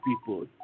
people